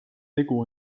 tegu